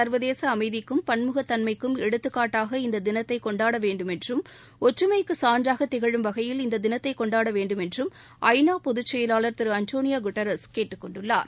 சர்வதேசஅமைதிக்கும் பன்முகக் தன்மைக்கும் எடுத்துக்காட்டாக இந்ததினத்தைகொண்டாடவேண்டுமென்றும் வகையில் ஒற்றுமைக்குசான்றாகதிகழும் இந்ததினத்தைகொண்டாடவேண்டுமென்றும் ஐ நா பொதுச்செயலாளர் திருஆண்டோளியோகுட்டாரஸ் கேட்டுக் கொண்டுள்ளார்